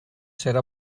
serà